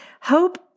Hope